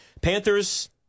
Panthers